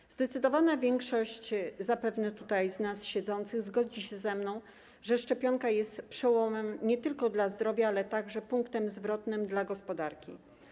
Zapewne zdecydowana większość z nas tutaj siedzących zgodzi się ze mną, że szczepionka jest przełomem nie tylko dla zdrowia, ale także punktem zwrotnym dla gospodarki.